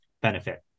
benefit